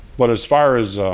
but as far as ah